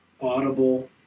audible